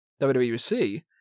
WWE